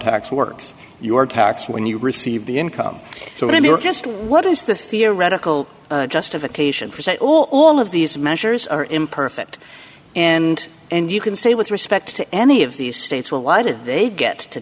tax works your tax when you receive the income so let me just what is the theoretical justification for saying all of these measures are imperfect and and you can say with respect to any of these states well why did they get to